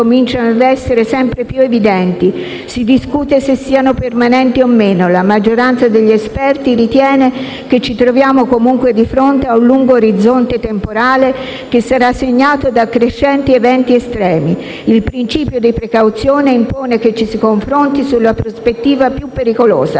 si discute se siano permanenti o meno. La maggioranza degli esperti ritiene che ci troviamo comunque di fronte a un lungo orizzonte temporale che sarà segnato da crescenti eventi estremi. Il principio di precauzione impone che ci si confronti sulla prospettiva più pericolosa.